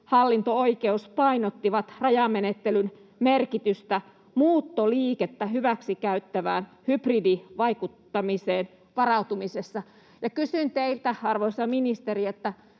hallinto-oikeus painottivat rajamenettelyn merkitystä muuttoliikettä hyväksikäyttävään hybridivaikuttamiseen varautumisessa. Kysyn teiltä, arvoisa ministeri: